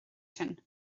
sin